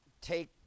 take